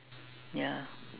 ya